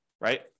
right